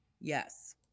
Yes